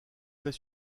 fait